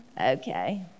okay